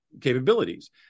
capabilities